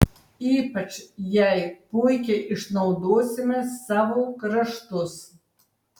ypač jai puikiai išnaudosime savo kraštus